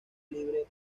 libre